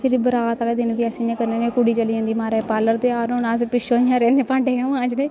फिरी बरात आह्ले दिन बी अस इ'यां करने होन्ने कुड़ी चली जंदी म्हाराज पार्लर त्यार होना अस पिच्छूं इ'यां रेई जन्ने भांडे गै मांजदे